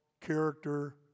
character